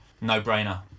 no-brainer